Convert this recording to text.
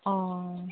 ꯑꯥ